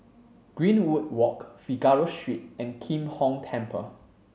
Greenwood Walk Figaro Street and Kim Hong Temple